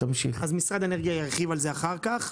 משרד האנרגיה ירחיב על זה אחר כך.